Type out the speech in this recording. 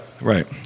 Right